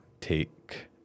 take